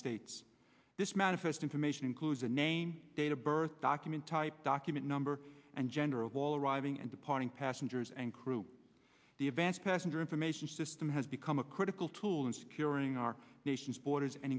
states this manifest information includes a name date of birth document type document number and gender of all arriving and departing passengers and crew the advance passenger information system has become a critical tool in securing our nation's borders and